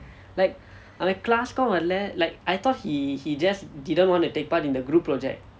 like அந்த:antha class வரல:varala like I thought he he just didn't want to take part in the group project